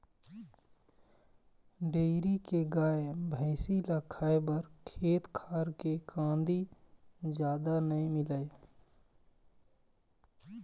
dairy के गाय, भइसी ल खाए बर खेत खार के कांदी जादा नइ मिलय